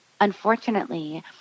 unfortunately